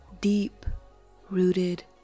deep-rooted